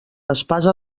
espasa